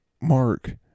Mark